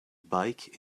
bike